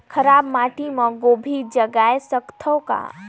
खराब माटी मे गोभी जगाय सकथव का?